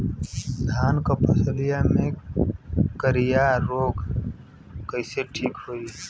धान क फसलिया मे करईया रोग कईसे ठीक होई?